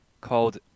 called